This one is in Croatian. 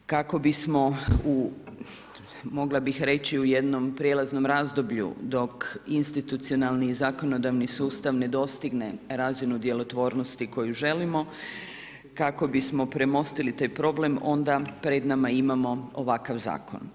Kako bismo u, mogla bih reći u jednom prijelaznom razdoblju dok institucionalni i zakonodavni sustav ne dostigne razinu djelotvornosti koju želimo kako bismo premostili taj problem onda pred nama imamo ovakav zakon.